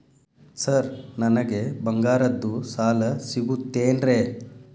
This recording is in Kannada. ಸರ್ ನನಗೆ ಬಂಗಾರದ್ದು ಸಾಲ ಸಿಗುತ್ತೇನ್ರೇ?